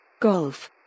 Golf